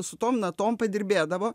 su tom natom padirbėdavo